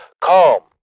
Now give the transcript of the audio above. calm